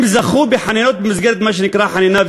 הם זכו בחנינות במסגרת מה שנקרא חנינה,